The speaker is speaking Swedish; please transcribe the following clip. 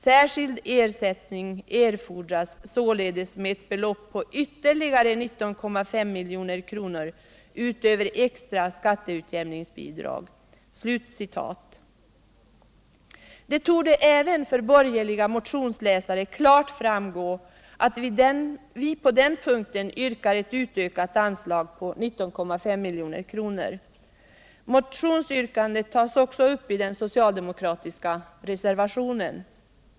Särskild ersättning erfordras således med ett belopp på ytterligare 19,5 milj.kr. utöver extra skatteutjämningsbidrag.” Det torde även för borgerliga motionsläsare klart framgå att vi på den punkten yrkar ett utökat anslag på 19,5 milj.kr. Motionsyrkandet tas också upp i den socialdemokratiska reservationen.